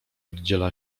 oddziela